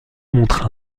montrent